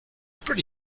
pretty